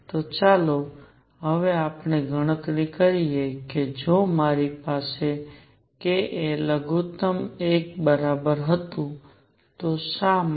તો ચાલો હવે આપણે ગણતરી કરીએ કે જો મારી પાસે k એ લઘુતમ 1 બરાબર હતું તો શા માટે